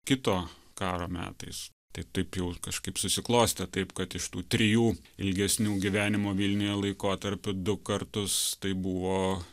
kito karo metais tai taip jau kažkaip susiklostė taip kad iš tų trijų ilgesnių gyvenimo vilniuje laikotarpiu du kartus tai buvo